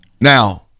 Now